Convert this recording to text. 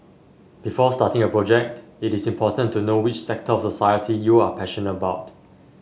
before starting a project it is important to know which sector of society you are passionate about